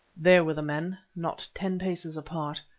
there were the men, not ten paces apart.